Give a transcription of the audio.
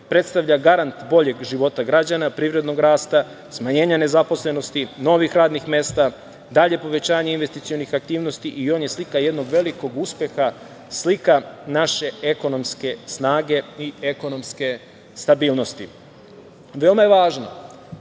predstavlja garant boljeg života građana, privrednog rasta, smanjenja nezaposlenosti, novih radnih mesta, daljeg povećanja investicionih aktivnosti i on je slika jednog velikog uspeha, slika naše ekonomske snage i ekonomske stabilnosti. Veoma je važno,